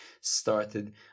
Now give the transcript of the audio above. started